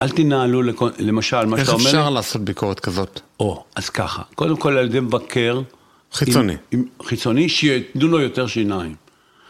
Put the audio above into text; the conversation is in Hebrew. אל תינעלו, לכל.. למשל, מה שאתה אומר... איך אפשר לעשות ביקורת כזאת? או..אז ככה, קודם כל על ידי מבקר... חיצוני. חיצוני שחתנו לו יותר שיניים.